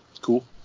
cool